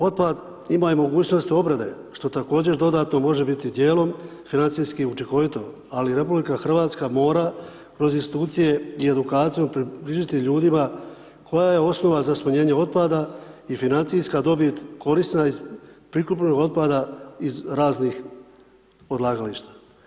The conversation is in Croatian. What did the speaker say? Otad ima i mogućnost obrade, što također dodatno može biti dijelom financijski učinkovito ali RH mora kroz institucije i edukaciju približiti ljudima, koja je osnova za smanjenje otpada i financijska dobit korisna iz prikupih otpada iz raznih odlagališta.